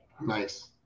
Nice